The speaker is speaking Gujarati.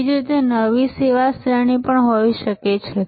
તેવી જ રીતે નવી સેવા શ્રેણી પણ હોઈ શકે છે